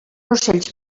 ocells